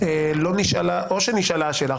לא נשאלה, או שנשאלה, השאלה.